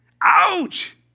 Ouch